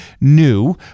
new